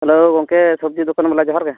hello ᱜᱚᱝᱠᱮ ᱥᱚᱵᱽᱡᱤ ᱫᱚᱠᱟᱱᱵᱟᱞᱟ ᱡᱚᱦᱟᱨᱜᱮ